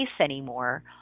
anymore